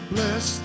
Bless